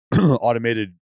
automated